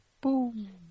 boom